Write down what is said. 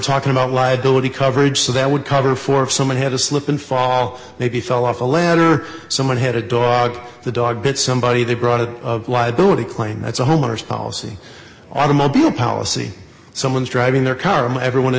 talking about liability coverage so that would cover for if someone had a slip and fall maybe fell off a ladder someone had a dog the dog hit somebody they brought a liability claim that's a homeowner's policy automobile policy someone's driving their car and everyone